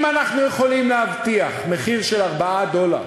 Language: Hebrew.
אם אנחנו יכולים להבטיח מחיר של 4 דולר